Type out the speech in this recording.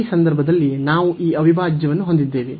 ಈ ಸಂದರ್ಭದಲ್ಲಿ ನಾವು ಈ ಅವಿಭಾಜ್ಯವನ್ನು ಹೊಂದಿದ್ದೇವೆ